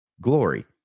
glory